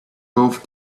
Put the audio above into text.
golf